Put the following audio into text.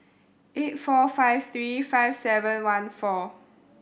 eight four five three five seven one four